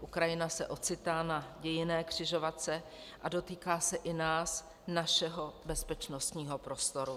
Ukrajina se ocitá na dějinné křižovatce a dotýká se i nás, našeho bezpečnostního prostoru.